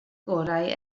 gorau